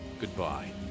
goodbye